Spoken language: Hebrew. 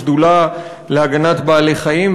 בשדולה להגנת בעלי-חיים,